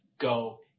Go